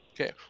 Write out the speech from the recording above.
Okay